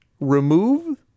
remove